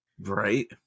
Right